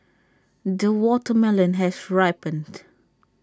the watermelon has ripened